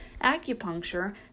Acupuncture